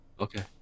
Okay